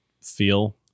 feel